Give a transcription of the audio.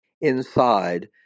inside